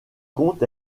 comptes